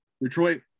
Detroit